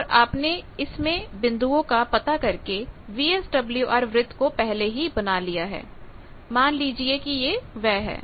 और आपने इसमें बिंदुओं का पता करके वीएसडब्ल्यूआर वृत्त को पहले ही बना लिया है मान लीजिए कि वह यह है